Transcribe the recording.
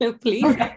please